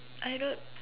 I don't